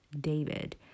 David